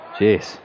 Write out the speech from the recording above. Jeez